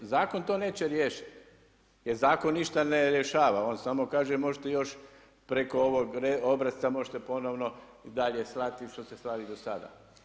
Zakon to neće riješiti jer zakon ništa ne rješava, on samo kaže možete još preko ovog obrasca možete ponovno dalje slati što ste slali i do sada.